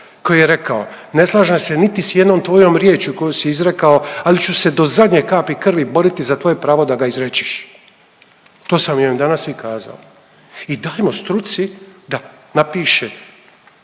koji je rekao, ne slažem se niti s jednom tvojom riječi koju si izrekao, ali ću se do zadnje kapi krvi boriti za tvoje pravo da ga izrečeš. To sam im danas i kazao. I dajmo struci da napiše